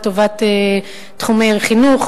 לטובת תחומי חינוך,